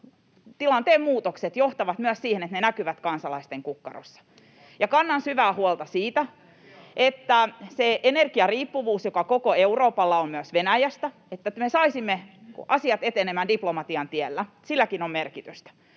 tilanteen muutokset johtavat myös siihen, että ne näkyvät kansalaisten kukkaroissa. Kannan syvää huolta siitä energiariippuvuudesta, joka koko Euroopalla on myös Venäjästä, ja siitä, että me saisimme asiat etenemään diplomatian tiellä. Silläkin on merkitystä.